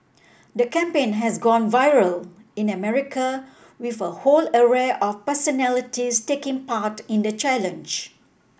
the campaign has gone viral in America with a whole array of personalities taking part in the challenge